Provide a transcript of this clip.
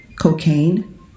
cocaine